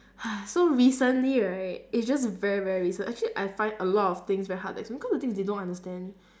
so recently right it's just very very recent actually I find a lot of things very hard to explain cause the thing is they don't understand